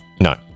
No